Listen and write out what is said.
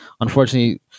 unfortunately